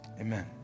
amen